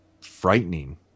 frightening